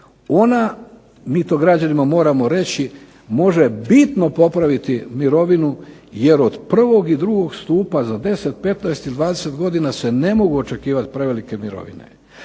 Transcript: Ona mi to moramo građanima reći može bitno popraviti mirovinu, jer od prvog i drugog stupa za 10, 15 ili 20 godina se ne mogu očekivati prevelike mirovine,